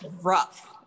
rough